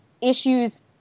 issues